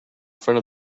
front